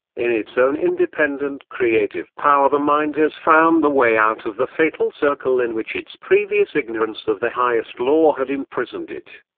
in its own independent creative power the mind has found the way out of the fatal circle in which its previous ignorance of the highest law had imprisoned it.